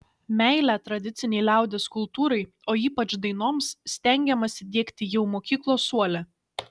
meilę tradicinei liaudies kultūrai o ypač dainoms stengiamasi diegti jau mokyklos suole